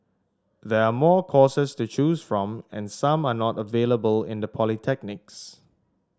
there are more courses to choose from and some are not available in the polytechnics